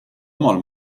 omal